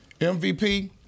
MVP